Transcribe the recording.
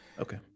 okay